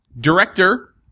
Director